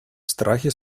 страхе